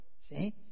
See